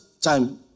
time